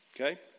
okay